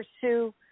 pursue